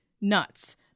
nuts